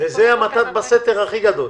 המתן בסתר הכי גדול